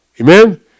Amen